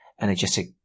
energetic